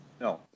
No